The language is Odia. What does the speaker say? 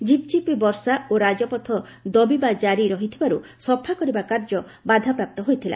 ଝିପ୍ଝିପ୍ ବର୍ଷା ଓ ରାଜପଥ ଦବିବା ଜାରି ରହିଥିବାରୁ ସଫା କରିବା କର୍ଯ୍ୟ ବାଧାପ୍ରାପ୍ତ ହୋଇଥିଲା